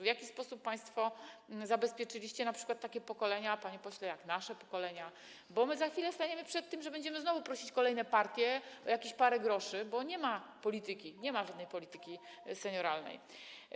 W jaki sposób państwo zabezpieczyliście np. takie pokolenia, panie pośle, jak nasze pokolenia, bo my za chwilę znowu będziemy prosić kolejne partie o jakieś parę groszy, bo nie ma polityki, nie ma żadnej polityki senioralnej.